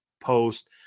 post